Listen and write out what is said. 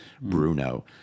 Bruno